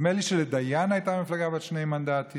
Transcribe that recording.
נדמה לי שלדיין הייתה מפלגה בת שני מנדטים.